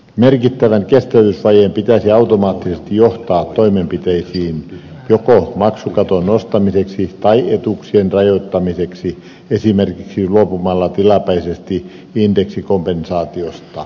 merkittävän kestävyysvajeen pitäisi automaattisesti johtaa toimenpiteisiin joko maksukaton nostamiseksi tai etuuksien rajoittamiseksi esimerkiksi luopumalla tilapäisesti indeksikompensaatiosta